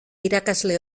irakasle